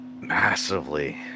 Massively